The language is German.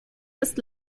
ist